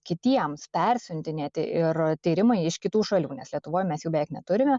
kitiems persiuntinėti ir tyrimai iš kitų šalių nes lietuvoj mes jų beveik neturime